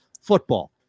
Football